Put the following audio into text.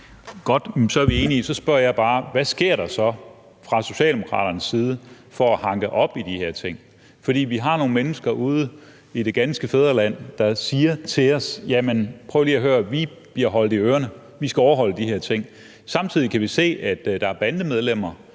så er vi enige. Så spørger jeg bare: Hvad bliver der så gjort fra Socialdemokraternes side for at hanke op i de her ting? For vi har nogle mennesker ude i det ganske fædreland, der siger til os: Prøv lige at høre, vi bliver holdt i ørerne, vi skal overholde de her ting. Samtidig kan vi se, at der er bandemedlemmer,